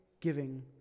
giving